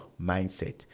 mindset